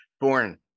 born